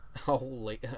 Holy